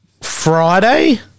Friday